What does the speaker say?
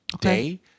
day